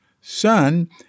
son